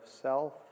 self